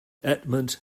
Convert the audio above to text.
edmund